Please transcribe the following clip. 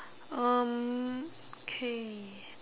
um okay